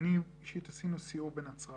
אני אישית, עשינו סיור בנצרת